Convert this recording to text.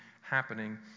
happening